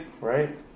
right